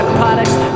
products